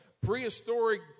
prehistoric